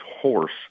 horse